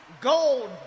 gold